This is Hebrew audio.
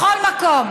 בכל מקום.